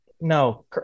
no